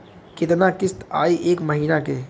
कितना किस्त आई एक महीना के?